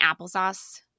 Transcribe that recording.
applesauce